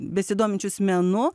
besidominčius menu